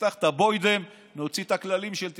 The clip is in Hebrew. נפתח את הבוידעם, נוציא את הכללים של 1992,